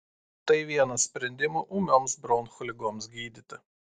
tai vienas sprendimų ūmioms bronchų ligoms gydyti